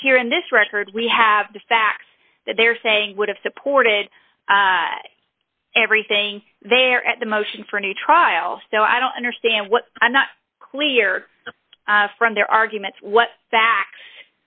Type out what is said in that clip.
but here in this record we have the facts that they're saying would have supported everything there at the motion for a new trial so i don't understand what i'm not clear from their arguments what facts